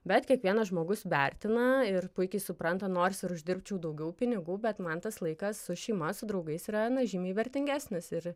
bet kiekvienas žmogus vertina ir puikiai supranta nors ir uždirbčiau daugiau pinigų bet man tas laikas su šeima su draugais yra na žymiai vertingesnis ir